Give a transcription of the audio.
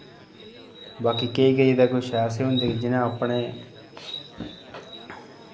बाकी केईं केईं ते किश ऐसे होंदे जि'नें अपने